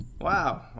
Wow